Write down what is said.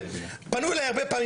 פנו אליי הרבה פעמים,